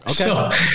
Okay